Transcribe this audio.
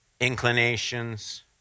inclinations